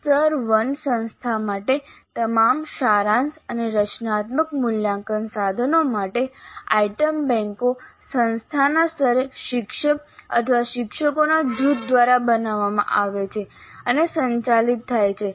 સ્તર 1 સંસ્થા માટે તમામ સારાંશ અને રચનાત્મક મૂલ્યાંકન સાધનો માટે આઇટમ બેન્કો સંસ્થાના સ્તરે શિક્ષક અથવા શિક્ષકોના જૂથ દ્વારા બનાવવામાં આવે છે અને સંચાલિત થાય છે